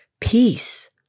Peace